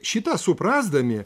šitą suprasdami